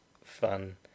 fun